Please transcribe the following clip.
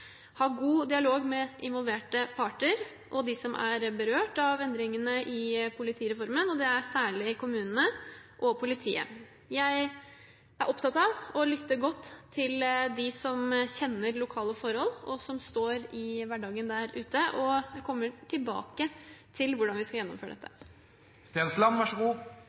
ha god dialog med involverte parter og de som er berørt av endringene i politireformen, og det er særlig kommunene og politiet. Jeg er opptatt av å lytte godt til de som kjenner lokale forhold, som står i hverdagen der ute, og kommer tilbake til hvordan vi skal gjennomføre